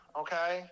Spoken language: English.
okay